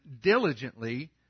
diligently